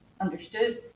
understood